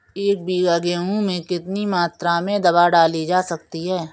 एक बीघा गेहूँ में कितनी मात्रा में दवा डाली जा सकती है?